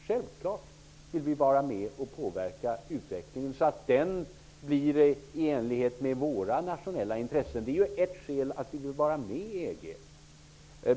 Vi vill självfallet vara med och påverka utvecklingen, så att den blir i enlighet med våra nationella intressen. Det är ett skäl till att vi vill vara med i EG.